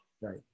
Right